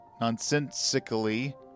nonsensically